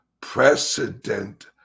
precedent